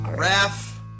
Raf